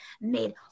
made